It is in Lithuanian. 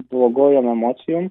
blogojom emocijom